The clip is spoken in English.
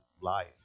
life